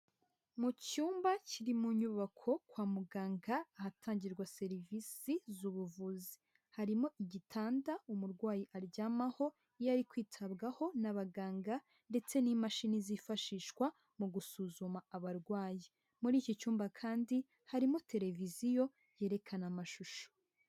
Mu cyumba kiri mu nyubako kwa muganga ahatangirwa serivisi z'ubuvuzi, harimo igitanda umurwayi aryamaho iyo ari kwitabwaho n'abaganga ndetse n'imashini zifashishwa mu gusuzuma abarwayi. Muri iki cyumba kandi harimo televiziyo yerekana amashusho.